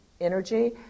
energy